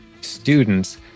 students